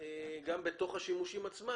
גם בתוך השימושים עצמם,